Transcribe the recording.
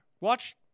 Watch